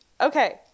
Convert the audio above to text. Okay